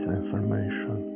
information